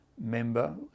member